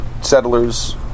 settlers